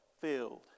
filled